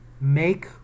make